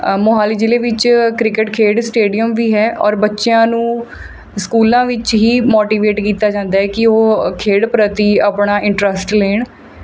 ਮੋਹਾਲੀ ਜ਼ਿਲ੍ਹੇ ਵਿੱਚ ਕ੍ਰਿਕਟ ਖੇਡ ਸਟੇਡੀਅਮ ਵੀ ਹੈ ਔਰ ਬੱਚਿਆਂ ਨੂੰ ਸਕੂਲਾਂ ਵਿੱਚ ਹੀ ਮੋਟੀਵੇਟ ਕੀਤਾ ਜਾਂਦਾ ਹੈ ਕਿ ਉਹ ਖੇਡ ਪ੍ਰਤੀ ਆਪਣਾ ਇੰਨਟਰਸਟ ਲੈਣ